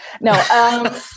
No